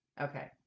Okay